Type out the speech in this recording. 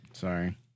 Sorry